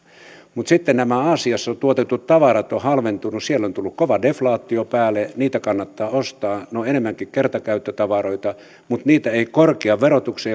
mutta sitten nämä aasiassa tuotetut tavarat ovat halventuneet siellä on tullut kova deflaatio päälle niitä kannattaa ostaa ne ovat enemmänkin kertakäyttötavaroita mutta niitä ei korkean verotuksen